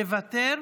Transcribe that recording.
מוותר.